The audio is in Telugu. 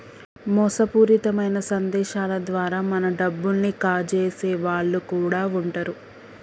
మోసపూరితమైన సందేశాల ద్వారా మన డబ్బుల్ని కాజేసే వాళ్ళు కూడా వుంటరు